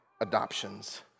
adoptions